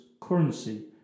currency